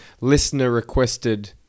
listener-requested